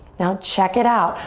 now check it out,